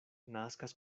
naskas